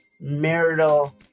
marital